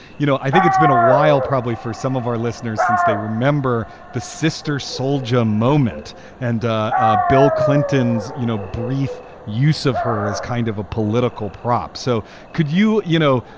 you know, i think it's been a while probably for some of our listeners since they remember the sister soldier moment and ah bill clinton's, you know, brief use of her as kind of a political prop. so could you, you know,